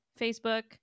Facebook